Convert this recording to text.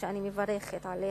שאני מברכת עליה,